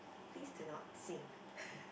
please do not sing